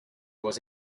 was